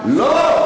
לא,